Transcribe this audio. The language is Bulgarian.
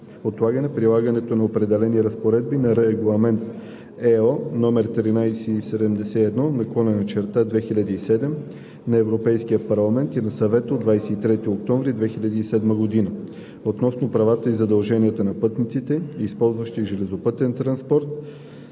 отлагане прилагането на определени разпоредби на Регламент (ЕО) № 1371/2007 на Европейския парламент и на Съвета от 23 октомври 2007 година относно правата и задълженията на пътниците, използващи железопътен транспорт.